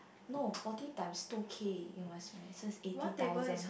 no forty times two K you must so it's eighty thousand